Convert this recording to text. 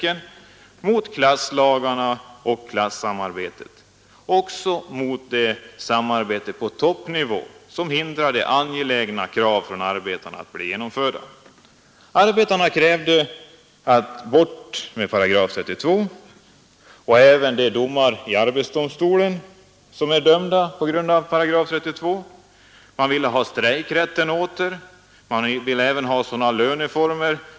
Enligt regeringen och de borgerliga partierna skall arbetarna nu ytterligare ”knytas upp” och sättas fast i samarbetsformer på arbetsköparnas villkor.